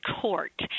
court